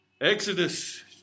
Exodus